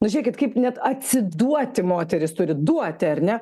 nu žiūrėkit kaip net atsiduoti moterys turi duoti ar ne